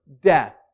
death